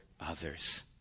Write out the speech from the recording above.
others